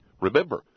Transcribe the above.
Remember